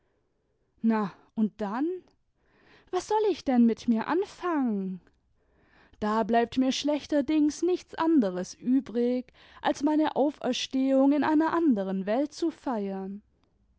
na und dann was soll ich denn mit mir anfangen da bleibt mir schlechterdings nichts anderes übrig als meine auferstehimg in einer anderen welt zu feiern